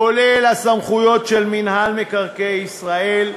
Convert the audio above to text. כולל הסמכויות של מינהל מקרקעי ישראל,